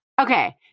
Okay